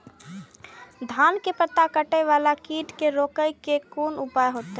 धान के पत्ता कटे वाला कीट के रोक के कोन उपाय होते?